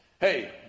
Hey